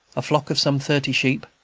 a flock of some thirty sheep,